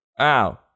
Ow